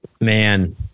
Man